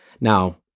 Now